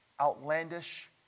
outlandish